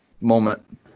moment